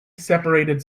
separated